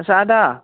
आस्सा आदा